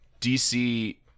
DC